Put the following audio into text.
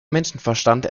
menschenverstand